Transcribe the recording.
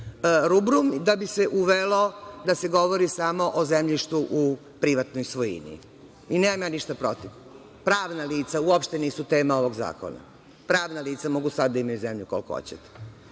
rubrum, da bi se uvelo da se govori samo o zemljištu u privatnoj svojini. Nemam ništa protiv. Pravna lica uopšte nisu tema ovog zakona. Pravna lica mogu sad da imaju zemlju koliko hoćete.